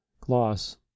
Gloss